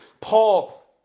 Paul